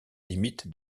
limite